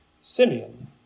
Simeon